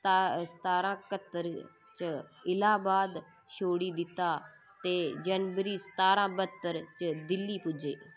सतारां क्हत्तर च इलाहबाद छोड़ी दित्ता ते जनवरी सतारां ब्हत्तर च दिल्ली पुज्जे